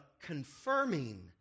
confirming